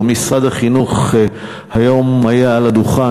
ומשרד החינוך היה היום על הדוכן.